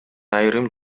айрым